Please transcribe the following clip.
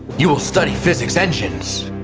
you will study physics engines.